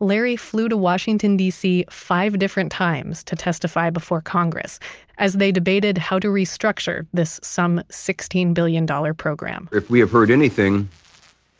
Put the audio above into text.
larry flew to washington, d c. five different times to testify before congress as they debated how to restructure this some sixteen billion dollars program if we have heard anything